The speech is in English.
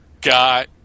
got